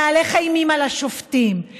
להלך אימים על השופטים,